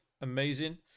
amazing